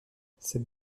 cette